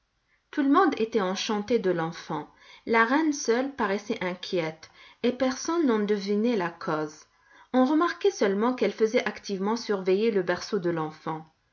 tout le monde était enchanté de l'enfant la reine seule paraissait inquiète et personne n'en devinait la cause on remarquait seulement qu'elle faisait activement surveiller le berceau de l'enfant